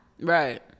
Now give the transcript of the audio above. Right